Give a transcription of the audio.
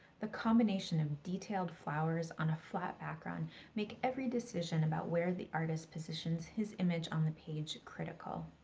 the combination of detailed flowers on a flat background make every decision about where the artist positions his image on the page critical.